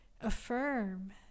affirm